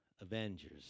Avengers